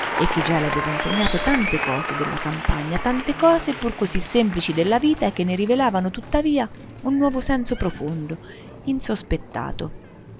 e che già le aveva insegnato tante cose della campagna tante cose pur così semplici della vita e che ne rivelano tuttavia un nuovo senso profondo insospettato